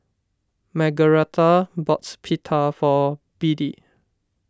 Margaretha bought Pita for Beadie